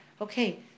okay